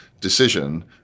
decision